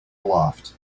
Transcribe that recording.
aloft